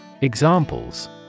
Examples